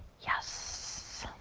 yes.